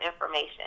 information